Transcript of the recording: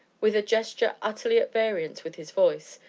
with a gesture utterly at variance with his voice,